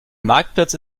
marktplatz